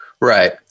Right